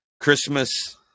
christmas